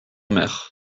mer